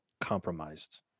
compromised